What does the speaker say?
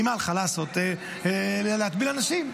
אימא הלכה להטביל אנשים.